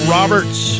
Roberts